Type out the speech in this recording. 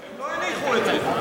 הם לא הניחו את זה.